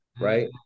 right